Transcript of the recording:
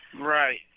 Right